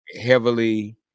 heavily